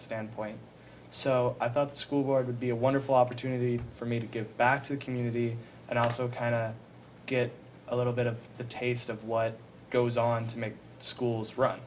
standpoint so i thought school board would be a wonderful opportunity for me to give back to the community and also kind of get a little bit of a taste of what goes on to make schools run